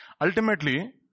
Ultimately